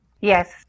Yes